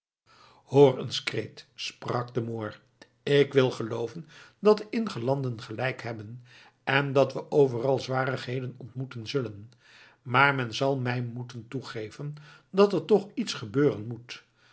eens cret sprak de moor ik wil gelooven dat de ingelanden gelijk hebben en dat we overal zwarigheden ontmoeten zullen maar men zal mij moeten toegeven dat er toch iets gebeuren moet